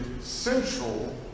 central